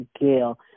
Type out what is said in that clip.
Gail